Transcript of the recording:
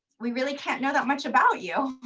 we really can't know that much about you,